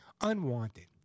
Unwanted